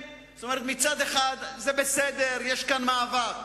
מצד אחד זה בסדר, יש כאן מאבק.